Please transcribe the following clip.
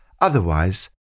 Otherwise